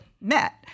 met